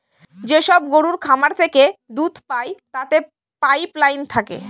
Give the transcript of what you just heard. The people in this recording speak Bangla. যেসব গরুর খামার থেকে দুধ পায় তাতে পাইপ লাইন থাকে